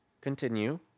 Continue